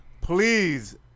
Please